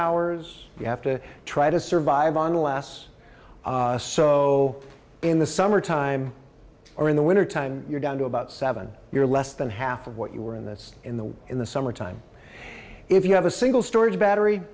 hours you have to try to survive on last so in the summertime or in the winter time you're down to about seven you're less than half of what you were in this in the in the summer time if you have a single storage battery